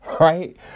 Right